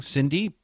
Cindy